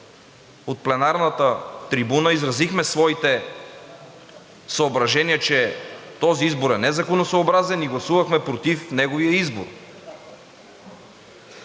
от пленарната трибуна изразихме своите съображения, че този избор е незаконосъобразен и гласувахме против неговия избор.